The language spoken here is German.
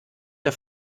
der